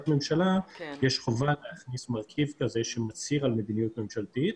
ממשלה יש חובה להכניס מרכיב כזה שהוא ציר על מדיניות ממשלתית